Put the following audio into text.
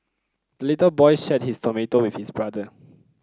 the little boy shared his tomato with his brother